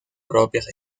propias